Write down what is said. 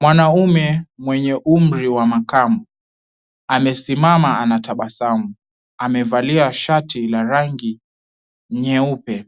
Mwanaume mwenye umri wa makamo, amesimama anatabasamu, amevalia shati la rangi nyeupe,